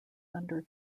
under